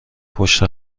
پشت